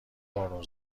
بارون